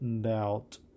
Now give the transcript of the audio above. doubt